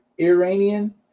Iranian